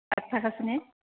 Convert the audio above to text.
आथ थाखासोनि